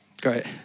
Great